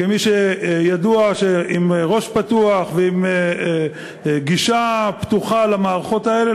כמי שידוע שהוא עם ראש פתוח ועם גישה פתוחה למערכות האלה,